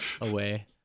away